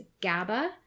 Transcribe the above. GABA